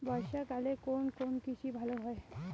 বর্ষা কালে কোন কোন কৃষি ভালো হয়?